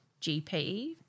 GP